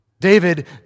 David